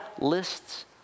lists